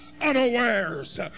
unawares